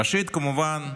ראשית, כמובן,